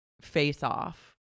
face-off